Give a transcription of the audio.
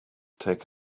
take